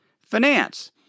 finance